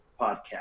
podcast